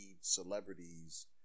celebrities